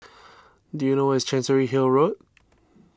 do you know where is Chancery Hill Road